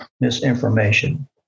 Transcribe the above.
Misinformation